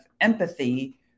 empathy